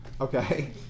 Okay